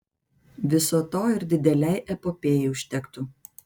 viso to ir didelei epopėjai užtektų